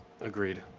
Agreed